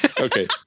okay